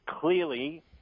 clearly